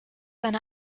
einer